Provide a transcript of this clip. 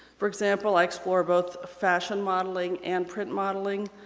for example, i explore both fashion modeling and print modeling,